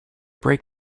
break